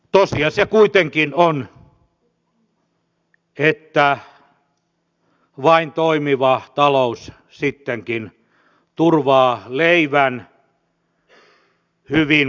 tosiasia kuitenkin on että vain toimiva talous sittenkin turvaa leivän hyvinvoinnin ja työn